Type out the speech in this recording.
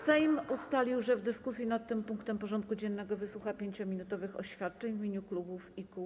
Sejm ustalił, że w dyskusji nad tym punktem porządku dziennego wysłucha 5-minutowych oświadczeń w imieniu klubów i kół.